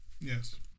Yes